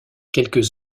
quelques